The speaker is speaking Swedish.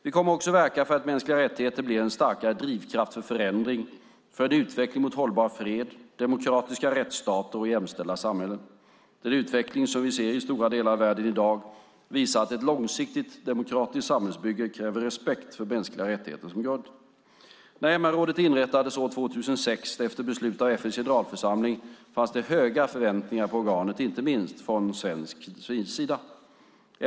Vi kommer också att verka för att mänskliga rättigheter blir en starkare drivkraft för förändring och för en utveckling mot en hållbar fred, demokratiska rättsstater och jämställda samhällen. Den utveckling som vi ser i stora delar av världen i dag visar att ett långsiktigt, demokratiskt samhällsbygge kräver respekt för mänskliga rättigheter som grund. När MR-rådet inrättades år 2006 efter beslut av FN:s generalförsamling fanns det höga förväntningar på organet, inte minst från svensk sida.